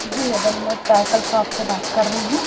जी madam मैं cycle shop से बात कर रही हूँ